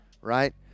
right